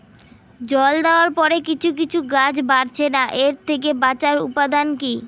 জল দেওয়ার পরে কিছু কিছু গাছ বাড়ছে না এর থেকে বাঁচার উপাদান কী?